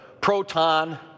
proton